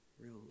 real